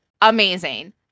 amazing